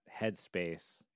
headspace